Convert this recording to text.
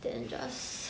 then just